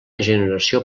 generació